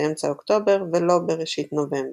באמצע אוקטובר ולא בראשית נובמבר.